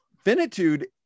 finitude